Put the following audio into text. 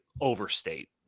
overstate